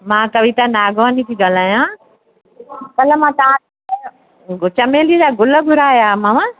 मां कविता नागवानी थी ॻाल्हायां कल्ह मां तव्हांखां चमेली जा गुल घुराया मां